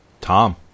Tom